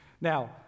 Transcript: Now